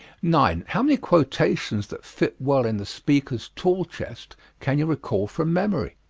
nine. how many quotations that fit well in the speaker's tool chest can you recall from memory?